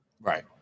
Right